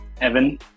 Evan